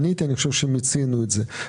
אני עניתי ואני חושב שמיצינו את זה.